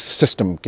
system